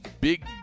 big